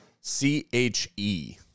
C-H-E